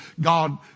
God